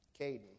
Caden